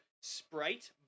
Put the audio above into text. Sprite